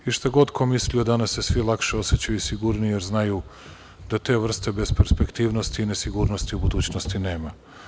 I šta god ko mislio danas se svi lakše osećaju sigurnije, jer znaju da te vrste bez perspektivnosti i nesigurnosti u budućnosti nema.